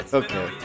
okay